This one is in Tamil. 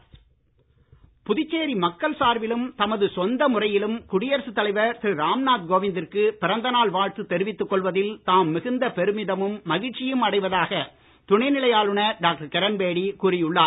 வாழ்த்து புதுச்சேரி மக்கள் சார்பிலும் தமது சொந்த முறையிலும் குடியரசு தலைவர் திரு ராம்நாத் கோவிந்திற்கு பிறந்த நாள் வாழ்த்து தெரிவித்துக் கொள்வதில் தாம் மிகுந்த பெருமிதமும் மகிழ்ச்சியும் அடைவதாக துணை நிலை ஆளுநர் டாக்டர் கிரண்பேடி கூறி உள்ளார்